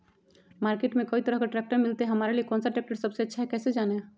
Market में कई तरह के ट्रैक्टर मिलते हैं हमारे लिए कौन सा ट्रैक्टर सबसे अच्छा है कैसे जाने?